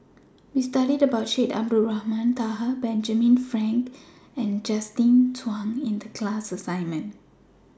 We studied about Syed Abdulrahman Taha Benjamin Frank and Justin Zhuang in The class assignment